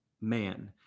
man